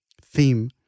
theme